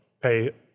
pay